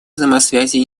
взаимосвязи